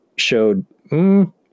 showed